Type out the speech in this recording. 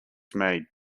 made